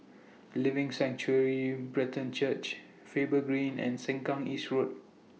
Living Sanctuary Brethren Church Faber Green and Sengkang East Road